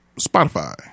Spotify